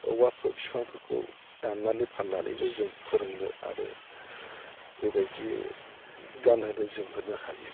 औवाखौ बिफांफोरखौ दाननानै फाननानैनो जों फोरोङो आरो बेबायदियै गानहोनो जोमहोनो हायो